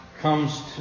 comes